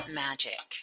magic